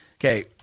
Okay